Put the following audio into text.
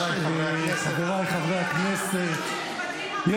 חבריי חברי הכנסת --- חבריי חברי הכנסת,